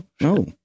No